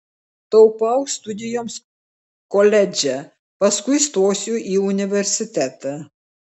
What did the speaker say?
taupau studijoms koledže paskui stosiu į universitetą